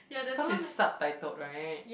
cause it's subtitled right